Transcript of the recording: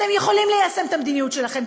אתם יכולים ליישם את המדיניות שלכם,